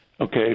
Okay